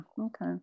okay